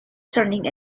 turning